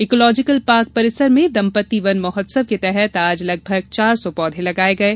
ecological park परिसर में दम्पत्ति वन महोत्सव के तहत आज लगभग चार सौ पौधे लगाये गये